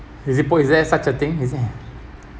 is it po~ is there such a thing isn't